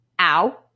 Ow